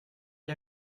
gli